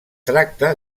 tracta